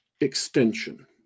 extension